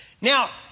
Now